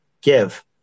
give